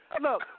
Look